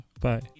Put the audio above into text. Bye